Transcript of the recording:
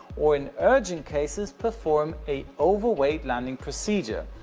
or in urgent cases, perform a overweight landing procedure,